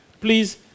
Please